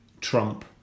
trump